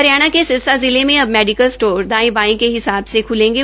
हरियाण के सिरसा जिले में अब मेडिकल स्टोर दाये बाये के हिसाब से खुलेंगे